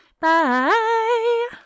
Bye